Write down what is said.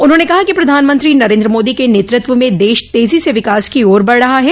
उन्होंने कहा कि प्रधानमंत्री नरेन्द्र मोदी के नेतृत्व में देश तेजी से विकास की ओर बढ़ रहा है